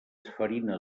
farina